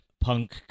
punk